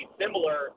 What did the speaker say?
similar